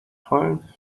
home